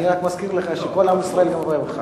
אני רק מזכיר לך שכל עם ישראל רואה אותך,